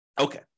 Okay